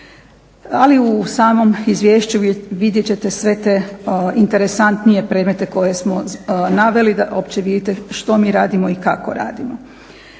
Ali u samom izvješću vidjet ćete sve te interesantnije predmete koje smo naveli, da uopće vidite što ni radimo i kako radimo.